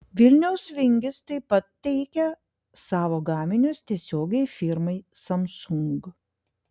vilniaus vingis taip pat teikia savo gaminius tiesiogiai firmai samsung